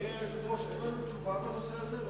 אדוני היושב-ראש, יש לנו תשובה בנושא הזה?